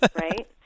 right